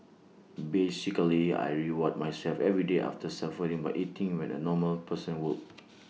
basically I reward myself every day after suffering by eating what A normal person would